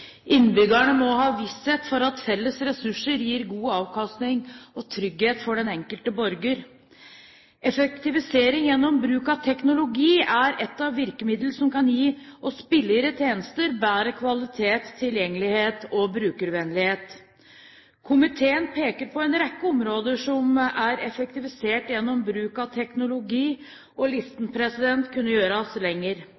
Innbyggerne må ha visshet om at felles ressurser gir god avkastning og trygghet for den enkelte borger. Effektivisering gjennom bruk av teknologi er ett av virkemidlene som kan gi oss billigere tjenester, bedre kvalitet, tilgjengelighet og brukervennlighet. Komiteen peker på en rekke områder som er effektivisert gjennom bruk av teknologi, og